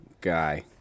guy